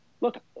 look